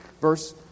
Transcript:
Verse